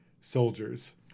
soldiers